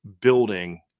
building